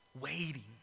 Waiting